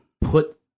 put